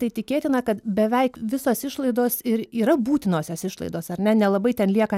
tai tikėtina kad beveik visos išlaidos ir yra būtinosios išlaidos ar ne nelabai ten lieka